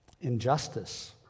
Injustice